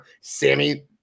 Sammy